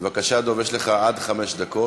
בבקשה, דב, יש לך עד חמש דקות.